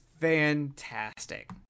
fantastic